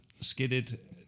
skidded